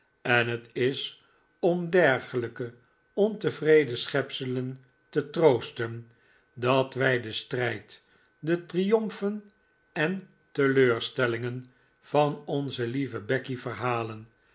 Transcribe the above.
en het is om dergelijke ontevreden schepselen te troosten dat wij den strijd de triomfen en teleurstellingen van onze lieve becky verhalen